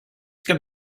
can